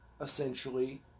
essentially